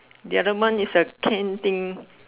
the other one is a can thing